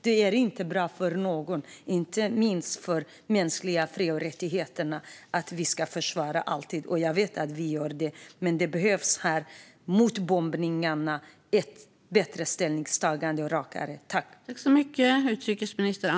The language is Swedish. Det är inte bra för någon, och det handlar inte minst om mänskliga fri och rättigheter. Vi ska alltid försvara dem, och jag vet att vi gör det. Men det behövs ett bättre och rakare ställningstagande mot bombningarna.